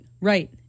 Right